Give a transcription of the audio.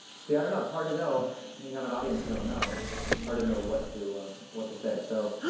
see, i don't know. it's hard to know when you have an audience you don't know. it's hard to know what to what to say. so,